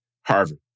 Harvard